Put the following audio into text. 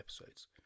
episodes